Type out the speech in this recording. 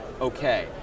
okay